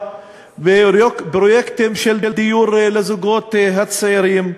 ופרויקטים של דיור לזוגות הצעירים.